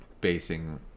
basing